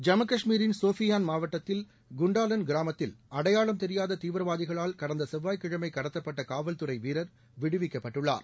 ஜம்மு கஷ்மீரின் ஷோபியான் மாவட்டத்தில் குண்டாலன் கிராமத்தில் அடையாளம் தெரியாத தீவிரவாதிகளால் கடந்த செவ்வாய்கிழமை கடத்தப்பட்ட காவல்துறை வீரர் விடுவிக்கப்பட்டுள்ளார்